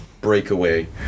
breakaway